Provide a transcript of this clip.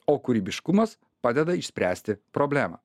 o kūrybiškumas padeda išspręsti problemą